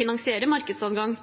finansierer markedsadgang,